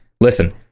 listen